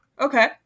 Okay